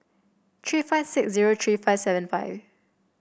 three five six zero three five seven five